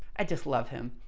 i just love him.